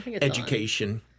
education